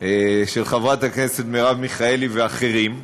של חברת הכנסת מרב מיכאלי ואחרים,